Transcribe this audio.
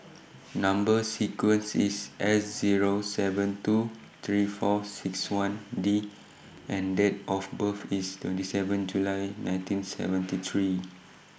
Number sequence IS S Zero seven two three four six one D and Date of birth IS twenty seven July nineteen seventy three